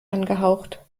angehaucht